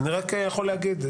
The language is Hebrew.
אני רק יכול להגיד,